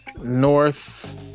North